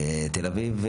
תל אביב,